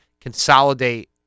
consolidate